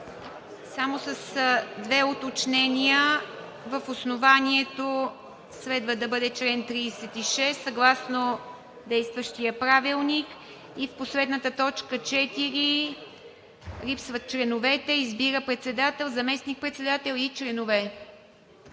само с две уточнения. В основанието следва да бъде чл. 36 съгласно действащия Правилник и в последната т. 4 – липсват членовете: „Избира председател, заместник-председател и членове“.